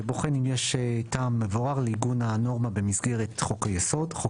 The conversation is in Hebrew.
שבוחן אם יש טעם מבואר לעיגון הנורמה במסגרת חוק-יסוד,